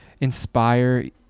inspire